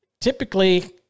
typically